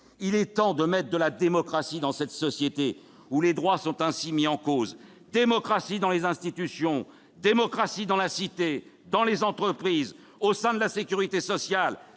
Il est temps de mettre de la démocratie dans cette société, où les droits sont mis en cause : démocratie dans les institutions, dans la cité, dans les entreprises, au sein de la sécurité sociale.